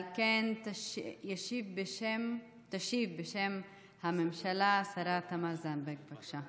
על כן תשיב בשם הממשלה השרה תמר זנדברג, בבקשה.